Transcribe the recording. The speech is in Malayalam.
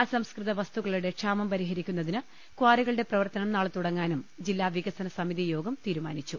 അസം സ്കൃത വസ്തുക്കളുടെ ക്ഷാമം പരിഹരിക്കുന്നതിന് ക്വാറികളുടെ പ്രവർത്തനം നാളെ തുടങ്ങാനും ജില്ലാ വികസന സമിതിയോഗം തീരുമാ നിച്ചു